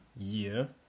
year